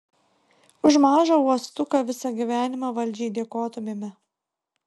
už mažą uostuką visą gyvenimą valdžiai dėkotumėme